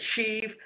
achieve